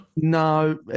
No